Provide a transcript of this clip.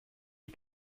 die